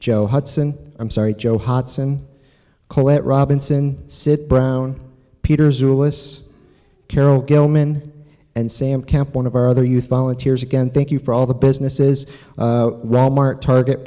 joe hudson i'm sorry joe hodson colette robinson sit brown peters willis carol gilman and sam camp one of our other youth volunteers again thank you for all the business is rob mark target